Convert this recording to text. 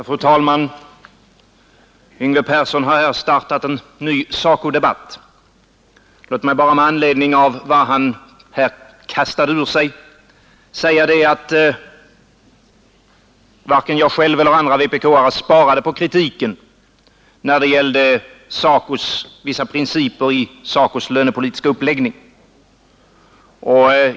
Fru talman! Herr Yngve Persson har här startat en ny SACO-debatt. Låt mig med anledning av vad han har kastat ur sig bara säga, att varken jag själv eller någon annan vpk:are sparade på kritiken när det gällde vissa principer i SACO:s lönepolitiska uppläggning.